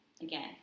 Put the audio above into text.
again